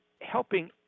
helping